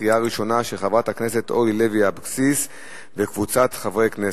של חברת הכנסת אורלי לוי אבקסיס וקבוצת חברי כנסת,